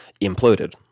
imploded